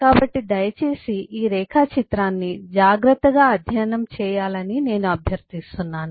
కాబట్టి దయచేసి ఈ రేఖాచిత్రాన్ని జాగ్రత్తగా అధ్యయనం చేయాలని నేను అభ్యర్థిస్తున్నాను